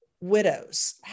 widows